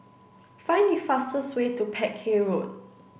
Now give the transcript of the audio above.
find the fastest way to Peck Hay Road